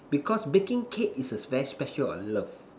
because baking cake is a very special of love